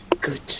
good